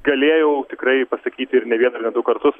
galėjau tikrai pasakyti ir ne vieną ir ne du kartus